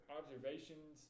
observations